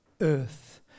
earth